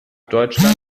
deutschland